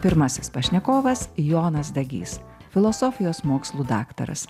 pirmasis pašnekovas jonas dagys filosofijos mokslų daktaras